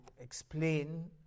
explain